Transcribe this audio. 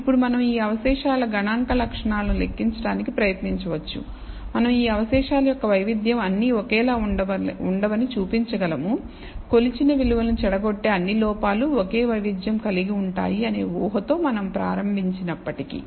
ఇప్పుడు మనం ఈ అవశేషాల గణాంక లక్షణాలను లెక్కించడానికి ప్రయత్నించవచ్చు మనం ఈ అవశేషాల యొక్క వైవిధ్యం అన్నీ ఒకేలా ఉండవని చూపించగలము కొలిచిన విలువలను చెడగొట్టే అన్ని లోపాలు ఒకే వైవిధ్యం కలిగి ఉంటాయి అనే ఊహ తో మనం ప్రారంభించినప్పటికీ